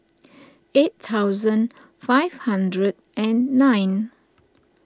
eight thousand five hundred and nine